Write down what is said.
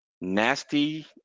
nasty